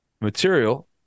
material